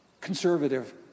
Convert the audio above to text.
conservative